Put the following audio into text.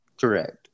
Correct